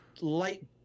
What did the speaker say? light